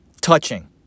touching